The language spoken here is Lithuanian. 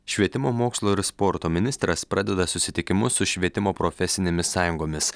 švietimo mokslo ir sporto ministras pradeda susitikimus su švietimo profesinėmis sąjungomis